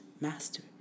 master